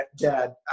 dad